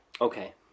Okay